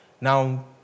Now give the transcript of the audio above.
Now